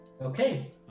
Okay